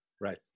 right